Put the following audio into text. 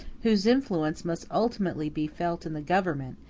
whose influence must ultimately be felt in the government,